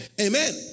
Amen